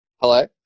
Hello